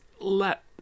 let